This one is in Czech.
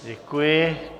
Děkuji.